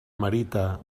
merita